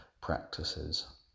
practices